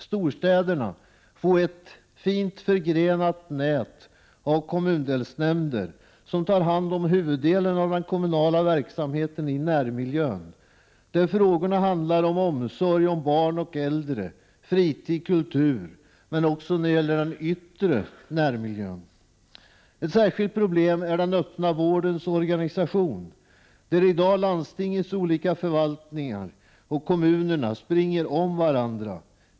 Storstäderna måste få ett fint förgrenat nät av kommundelsnämnder som tar hand om huvuddelen av den kommunala verksamheten i närmiljön. Frågorna handlar där om omsorg om barn och äldre, fritid, kultur, men också om den yttre närmiljön. Ett särskilt problem utgör organisationen av den öppna vården. Landstingens olika förvaltningar och kommunerna springer i dag om varandra.